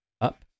up